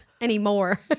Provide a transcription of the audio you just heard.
Anymore